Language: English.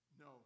No